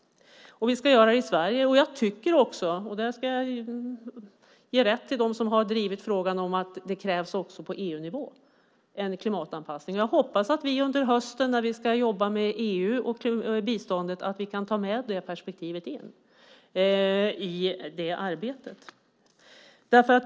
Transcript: Vi ska göra det i Sverige, men jag ska också ge dem rätt som har drivit frågan att det krävs klimatanpassning även på EU-nivå. Jag hoppas att vi under hösten när vi ska jobba med EU och biståndet kan ta med det perspektivet in i det arbetet.